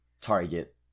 target